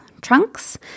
trunks